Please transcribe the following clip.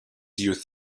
youth